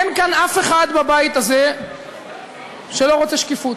אין כאן אף אחד בבית הזה שלא רוצה שקיפות.